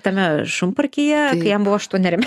tame šunparkyje kai jam buvo aštuoneri